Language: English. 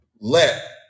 let